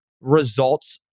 results